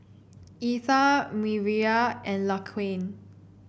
Etha Mireya and Laquan